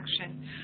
action